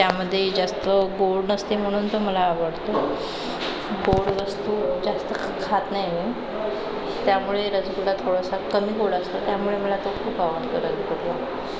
त्यामध्ये जास्त गोड नसते म्हणून तो मला आवडतो गोड वस्तू जास्त ख खात नाही मी त्यामुळे रसगुल्ला थोडासा कमी गोड असतो त्यामुळे मला तो खूप आवडतो रसगुल्ला